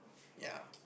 ya